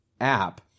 app